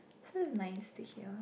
so it's nice to hear